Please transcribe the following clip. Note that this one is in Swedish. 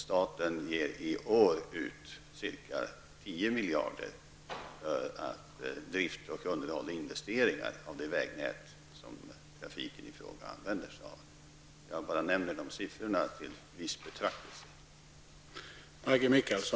Staten ger i år ca 10 miljarder till investeringar i drift och underhåll av det vägnät som trafiken i fråga använder sig av. Jag bara nämner dessa siffror till viss betraktelse.